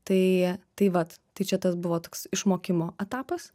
tai tai vat tai čia tas buvo toks išmokimo etapas